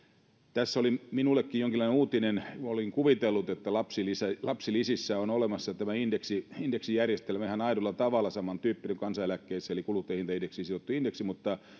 tässä oli minullekin jonkinlainen uutinen olin kuvitellut että lapsilisissä on olemassa indeksijärjestelmä ihan aidolla tavalla saman tyyppinen kuin kansaneläkkeissä eli kuluttajahintaindeksiin sidottu indeksi mutta